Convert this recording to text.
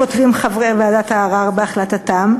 כותבים חברי ועדת הערר בהחלטתם,